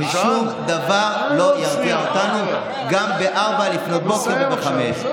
ושום דבר לא ירתיע אותנו גם ב-04:00 וב-05:00.